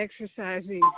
exercising